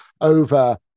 over